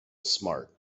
smart